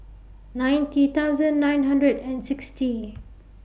ninety thousand nine hundred and sixty